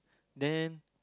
then